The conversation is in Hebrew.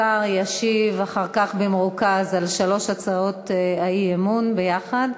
השר יריב לוין ישיב אחר כך במרוכז על שלוש הצעות האי-אמון יחד.